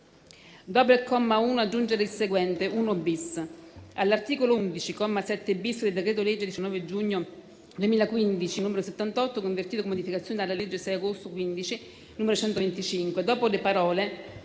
«Dopo il comma 1 aggiungere il seguente: "1-*bis*. All'articolo 11, comma 7-*bis*, del decreto-legge 19 giugno 2015, n. 78, convertito con modificazioni dalla legge 6 agosto 2015, n. 125,